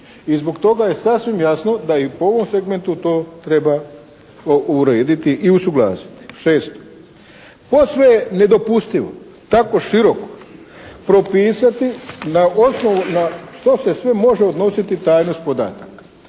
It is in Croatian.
I zbog toga je sasvim jasno da i po ovom segmentu to treba urediti i usuglasiti. Šesto, posve je nedopustivo takvo široko propisati na osnovu, na što se sve može odnositi tajnost podataka.